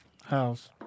house